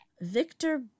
victor